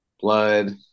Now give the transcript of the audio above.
blood